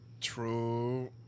True